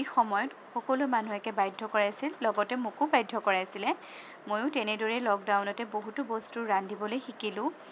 যি সময়ত সকলো মানুহকে বাধ্য কৰাইছিল লগতে মোকো বাধ্য কৰাইছিলে ময়ো তেনেদৰে লকডাউনতে বহুতো বস্তু ৰান্ধিবলৈ শিকিলোঁ